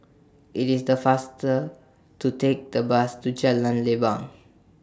IT IS The faster to Take The Bus to Jalan Leban